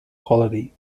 quality